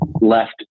left